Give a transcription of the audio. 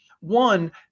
One